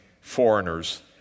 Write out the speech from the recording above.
foreigners